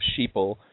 Sheeple